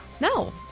No